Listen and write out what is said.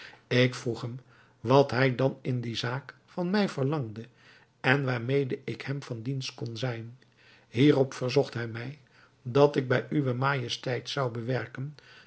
ik vroeg hem wat hij dan in die zaak van mij verlangde en waarmede ik hem van dienst kon zijn hierop verzocht hij mij dat ik bij uwe majesteit zou bewerken